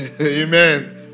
Amen